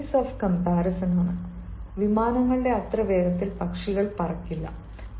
ഇത് degrees of comparison വിമാനങ്ങളുടെ അത്ര വേഗത്തിൽ പക്ഷികൾ പറക്കില്ല